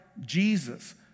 Jesus